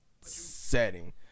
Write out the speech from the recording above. setting